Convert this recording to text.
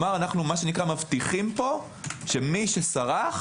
אנו מבטיחים פה שמי שסרח